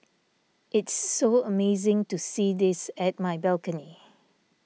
it's so amazing to see this at my balcony